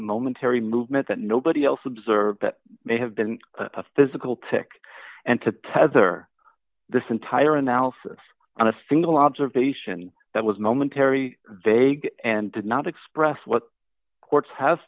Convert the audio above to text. momentary movement that nobody else observed that may have been a physical tick and to tether this entire analysis on a single observation that was momentary vague and did not express what courts have